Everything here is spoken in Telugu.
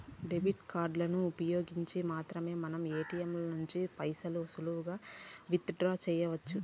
డెబిట్ కార్డులను ఉపయోగించి మాత్రమే మనం ఏటియంల నుంచి పైసలు సులువుగా విత్ డ్రా సెయ్యొచ్చు